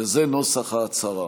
וזה נוסח ההצהרה: